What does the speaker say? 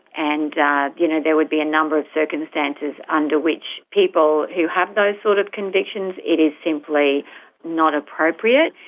and you know there would be a number of circumstances under which people who have those sort of convictions, it is simply not appropriate.